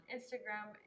Instagram